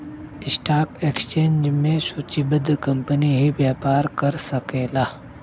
stock exchange में सूचीबद्ध company ही व्यापार कर सकला